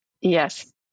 Yes